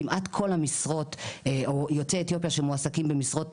כמעט כל המשרות או יוצאי אתיופיה שמועסקים במשרות,